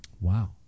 wow